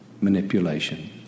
manipulation